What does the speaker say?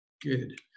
good